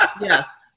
Yes